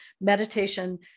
meditation